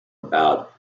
about